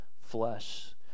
flesh